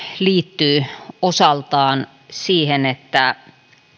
liittyy osaltaan siihen että